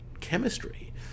chemistry